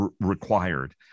required